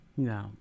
No